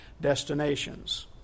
destinations